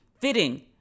fitting